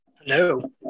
Hello